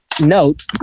note